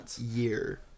year